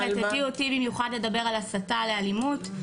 הביאו אותי במיוחד לדבר על הסתה לאלימות.